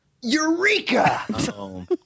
Eureka